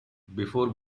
before